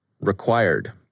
required